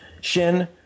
Shin